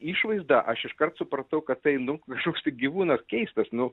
išvaizdą aš iškart supratau kad tai nu kažkoks tai gyvūnas keistas nu